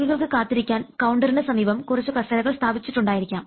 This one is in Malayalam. രോഗികൾക്ക് കാത്തിരിക്കാൻ കൌണ്ടറിനു സമീപം കുറച്ച് കസേരകൾ സ്ഥാപിച്ചിട്ടുണ്ടായിരിക്കാം